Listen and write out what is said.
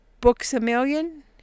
Books-A-Million